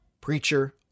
preacher